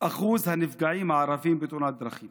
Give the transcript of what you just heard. אחוז הנפגעים הערבים בתאונות דרכים